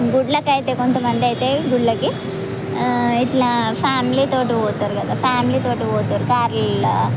గుళ్ళకైతే కొంతమంది అయితే గుళ్ళకి ఇట్లా ఫ్యామిలీతో పోతారు కదా ఫ్యామిలీతో పోతారు కార్లలో